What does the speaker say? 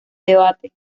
debate